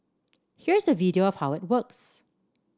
here's a video of how it works